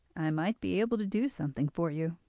i might be able to do something for you.